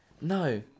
No